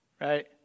Right